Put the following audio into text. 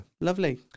Lovely